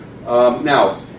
Now